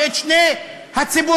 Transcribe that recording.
ואת שני הציבורים,